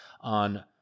on